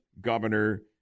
Governor